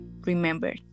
remember